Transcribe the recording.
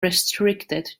restricted